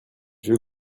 veux